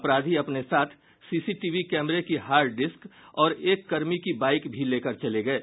अपराधी अपने साथ सीसी टीवी कैमरे की हार्ड डिस्क और एक कर्मी की बाईक भी लेकर चले गये